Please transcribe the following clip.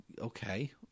okay